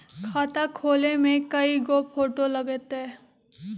खाता खोले में कइगो फ़ोटो लगतै?